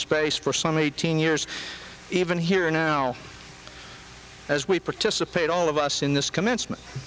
space for some eighteen years even here and now as we participate all of us in this commencement